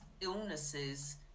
illnesses